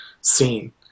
scene